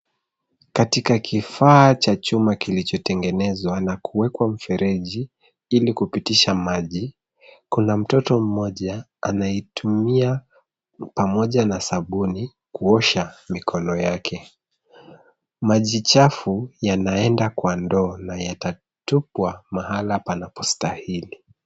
Katika kifaa cha chuma kilichotengenezwa na kuwekwa mfereji ili kupitisha maji, kuna mtoto mmoja anaitumia pamoja na sabuni kuosha mikono yake. Maji chafu yanaenda kwa ndoo na yatatupwa mahala panapostahili .